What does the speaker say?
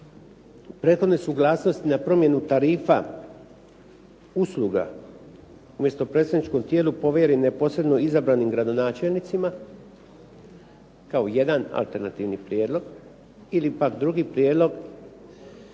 prethodne suglasnosti na promjenu tarifa usluga umjesto predstavničkom tijelu povjeri neposredno izabranim gradonačelnicima kao jedan alternativni prijedlog ili pak drugi prijedlog da